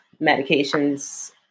medications